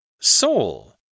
Soul